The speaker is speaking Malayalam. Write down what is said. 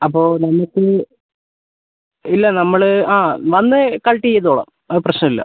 അപ്പോൾ നമുക്ക് ഇല്ല നമ്മൾ ആ വന്ന് കളക്റ്റ് ചെയ്തുകൊളളാം പ്രശ്നം ഇല്ല